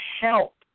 help